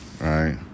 right